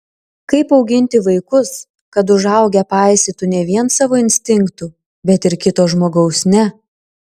kaip auginti vaikus kad užaugę paisytų ne vien savo instinktų bet ir kito žmogaus ne